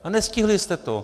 A nestihli jste to!